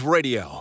Radio